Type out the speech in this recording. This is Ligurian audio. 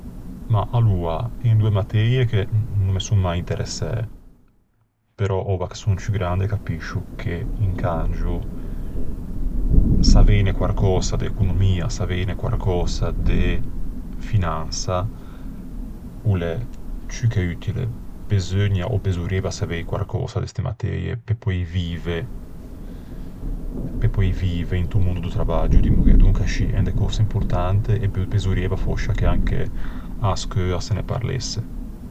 Mah, aloa, en doe matëie che no son mai interessæ. Però oua che son ciù grande capiscio che incangio, saveine quarcösa de economia, saveine quarcösa de finansa o l'é ciù che utile. Beseugna, o besorrieiva savei quarcösa de ste matëie pe poei vive, pe poei vive into mondo do travaggio, dimmoghe. Donca scì, en de cöse importante e besorrieiva fòscia che anche a-a scheua se ne parlesse.